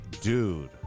dude